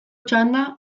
txanda